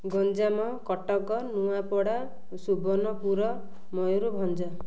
Ganjam Cuttack Nuapada Subarnapur Mayurbhanj